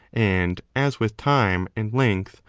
and, as with time and length,